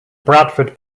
bradford